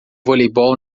voleibol